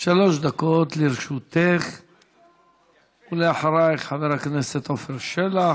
שלוש דקות לרשותך, ואחריך, חבר הכנסת עפר שלח.